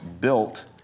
built